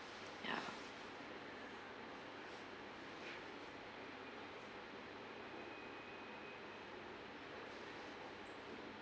ya